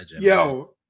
Yo